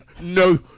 No